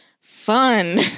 fun